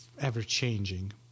ever-changing